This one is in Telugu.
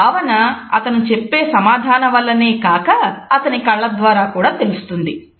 ఈ భావన అతను చెప్పేసమాధానాల వల్లనే కాక అతని కళ్ల ద్వారా కూడా తెలుస్తుంది